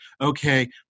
okay